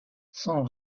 son